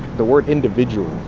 the word individual.